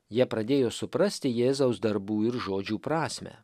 jie pradėjo suprasti jėzaus darbų ir žodžių prasmę